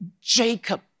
Jacob